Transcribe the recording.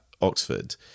Oxford